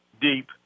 deep